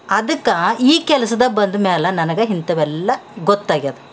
ಅದಕ್ಕೆ ಈ ಕೆಲ್ಸದಾಗ್ ಬಂದಮ್ಯಾಲ ನನಗೆ ಇಂತವೆಲ್ಲಾ ಗೊತ್ತಾಗ್ಯದ